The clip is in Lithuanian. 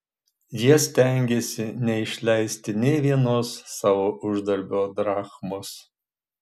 jie stengėsi neišleisti nė vienos savo uždarbio drachmos